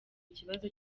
ikibazo